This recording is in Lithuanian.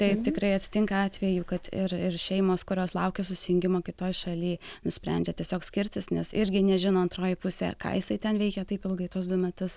taip tikrai atsitinka atvejų kad ir ir šeimos kurios laukia susijungimo kitoj šaly nusprendžia tiesiog skirtis nes irgi nežino antroji pusė ką jisai ten veikė taip ilgai tuos du metus